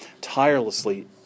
tirelessly